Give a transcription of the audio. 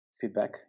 feedback